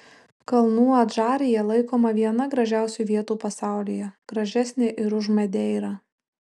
kalnų adžarija laikoma viena gražiausių vietų pasaulyje gražesnė ir už madeirą